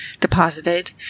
deposited